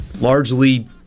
largely